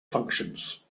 functions